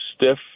stiff